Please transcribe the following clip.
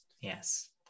Yes